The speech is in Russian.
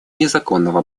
незаконного